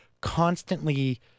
constantly